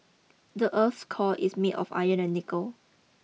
the earth's core is made of iron and nickel